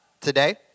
today